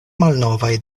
malnovaj